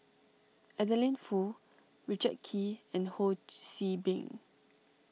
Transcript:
Adeline Foo Richard Kee and Ho See Beng